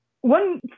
One